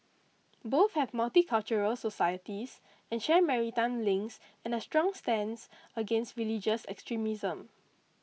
both have multicultural societies and share maritime links and a strong stance against religious extremism